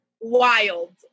Wild